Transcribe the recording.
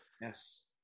Yes